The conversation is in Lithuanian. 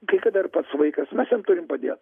kai kada ir pats vaikas mes jam turim padėt